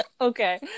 Okay